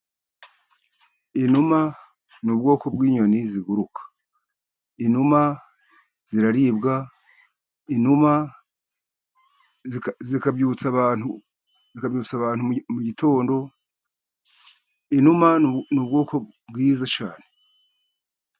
Inuma ni ubwoko bw'inyoni ziguruka, inuma ziraribwa, inuma zikabyutsa abantu mu gitondo, inuma ni ubwoko bwiza cyane.